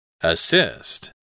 Assist